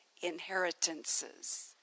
inheritances